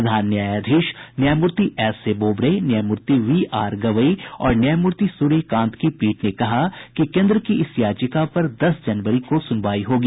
प्रधान न्यायाधीश न्यायमूर्ति एसएबोबड़े न्यायमूर्ति बीआरगवई और न्यायमूर्ति सूर्यकांत की पीठ ने कहा कि केंद्र की इस याचिका पर दस जनवरी को सुनवाई होगी